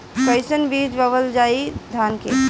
कईसन बीज बोअल जाई धान के?